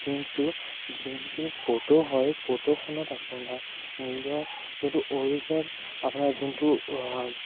কিন্তু যোনটো ফটো হয় ফটোখনত আপোনাৰ নিজৰ যোনটো অৰিজিনেল আপোনাৰ যোনটো